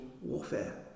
warfare